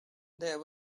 there